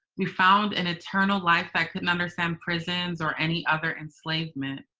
we found an eternal life that couldn't understand prisons or any other enslavement.